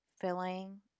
Filling